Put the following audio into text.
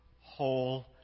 whole